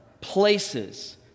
places